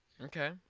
Okay